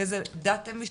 לאיזה דת הם משתייכים,